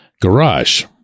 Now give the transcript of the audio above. garage